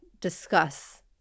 discuss